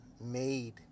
made